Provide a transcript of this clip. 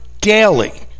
daily